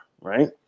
right